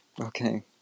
okay